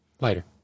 Later